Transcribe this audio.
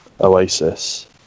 Oasis